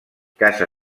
casa